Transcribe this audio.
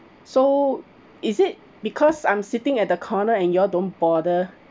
so is it because I'm sitting at the corner and you all don't bother